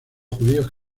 judíos